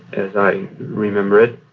as i remember it.